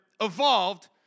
evolved